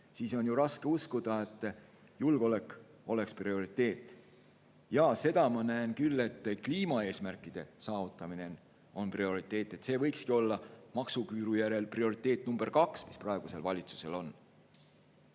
Siis on ju raske uskuda, et julgeolek on prioriteet. Jaa, seda ma näen küll, et kliimaeesmärkide saavutamine on prioriteet, see võikski olla maksuküüru järjel teine eesmärk, mis praegusel valitsusel on.